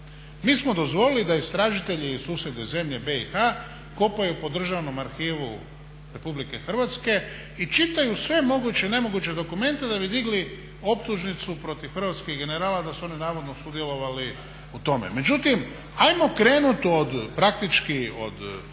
Mi smo dozvolili da istražitelji iz susjedne zemlje BIH kopaju po državnom arhivu RH i čitaju sve moguće i nemoguće dokumente da bi digli optužnicu protiv hrvatskih generala da su oni navodno sudjelovali u tome. Međutim, ajmo krenuti od praktički Županjske